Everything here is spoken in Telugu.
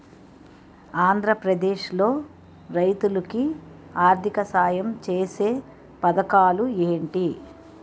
ఆంధ్రప్రదేశ్ లో రైతులు కి ఆర్థిక సాయం ఛేసే పథకాలు ఏంటి?